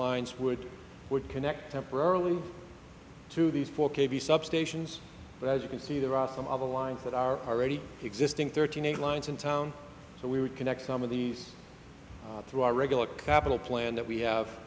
lines would would connect temporarily to these four k v substations but as you can see there are some of the lines that are already existing thirty nine lines in town so we would connect some of these through our regular capital plan that we have